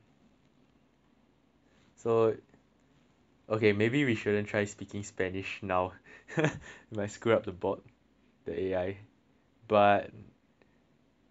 so ok maybe we shouldn't try speaking spanish now !huh! might screw up the bot the A_I but interesting interesting